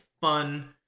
fun